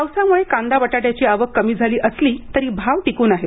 पावसामुळे कांदा बटाट्याची आवक कमी झाली असली तरी भाव टिकून आहेत